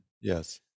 Yes